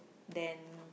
then